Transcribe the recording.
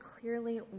clearly